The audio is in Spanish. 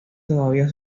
todavía